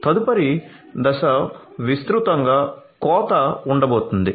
తదుపరి దశ విస్తృతంగా కోత ఉండబోతోంది